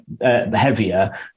heavier